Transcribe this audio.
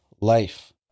life